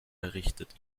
errichtet